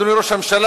אדוני ראש הממשלה,